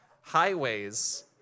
highways